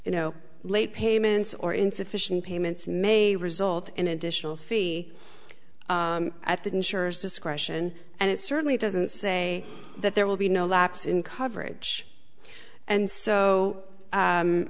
you know late payments or insufficient payments may result in an additional fee at the insurers discretion and it certainly doesn't say that there will be no lapse in coverage and so